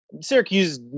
Syracuse